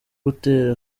gutera